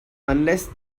unless